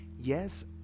yes